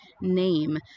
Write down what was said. name